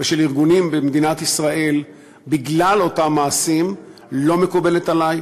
ושל ארגונים במדינת ישראל בגלל אותם מעשים לא מקובל עלי,